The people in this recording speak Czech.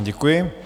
Děkuji.